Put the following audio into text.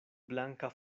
blanka